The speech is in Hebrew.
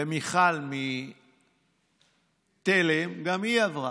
ומיכל מתל"ם, גם היא עברה.